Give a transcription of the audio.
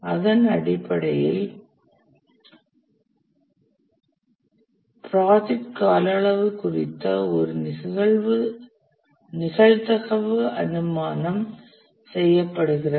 அதன் அடிப்படையில் ப்ராஜெக்ட் கால அளவு குறித்த ஒரு நிகழ்தகவு அனுமானம் செய்யப்படுகிறது